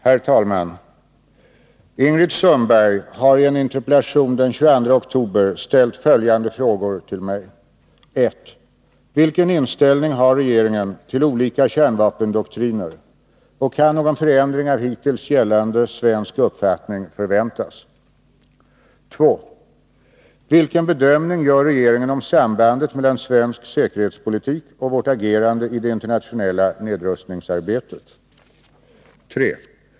Herr talman! Ingrid Sundberg har i en interpellation den 20 oktober ställt följande frågor till mig: 1. Vilken inställning har regeringen till olika kärnvapendoktriner, och kan någon förändring av hittills gällande svensk uppfattning förväntas? 2. Vilken bedömning gör regeringen av sambandet mellan svensk säkerhetspolitik och vårt agerande i det internationella nedrustningsarbetet? 3.